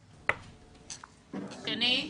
שיכירו במעונות היום הפרטיים כמוסד חינוכי לכול דבר.